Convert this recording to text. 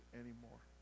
anymore